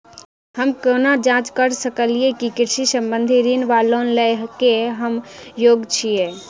हम केना जाँच करऽ सकलिये की कृषि संबंधी ऋण वा लोन लय केँ हम योग्य छीयै?